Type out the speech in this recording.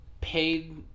paid